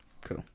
Cool